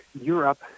Europe